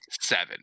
seven